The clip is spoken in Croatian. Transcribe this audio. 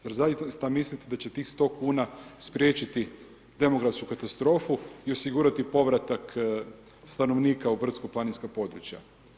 Je li zaista mislite da će tih 100 kuna spriječiti demografsku katastrofu i osigurati povratak stanovnika u brdsko planinska područja.